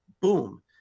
Boom